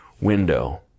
window